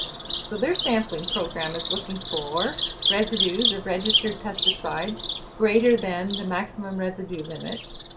so their sampling program is looking for residues of registered pesticides greater than the maximum residue limits,